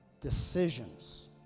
decisions